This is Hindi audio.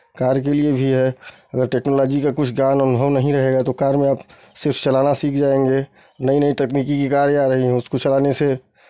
कार के लिए भी है अगर टेक्नोलॉजी का कुछ ज्ञान अनुभव नहीं रहेगा तो कार में आप सिर्फ चलाना सीख जाएंगे नई नई तकनीकी की कार आ रही हैं कुछ आने से